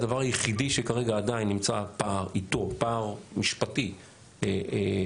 הדבר היחידי שכרגע עדיין נמצא איתו פער משפטי משמעותי.